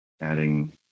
adding